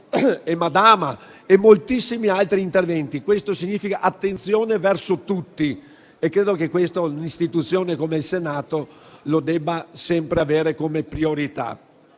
e Madama, e moltissimi altri interventi. Questo significa avere attenzione verso tutti e credo che un'istituzione come il Senato debba sempre averla come priorità.